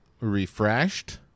refreshed